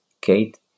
Kate